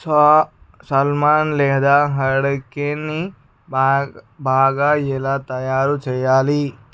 సా salmon లేదా haddock బా బాగా ఎలా తయారు చేయాలి